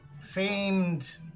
famed